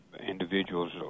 individuals